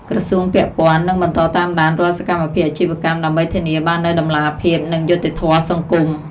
ក្រសួងពាក់ព័ន្ធនឹងបន្តតាមដានរាល់សកម្មភាពអាជីវកម្ម ដើម្បីធានាបាននូវតម្លាភាព និងយុត្តិធម៌សង្គម។